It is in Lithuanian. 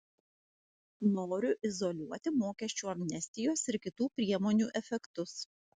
noriu izoliuoti mokesčių amnestijos ir kitų priemonių efektus